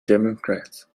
democrat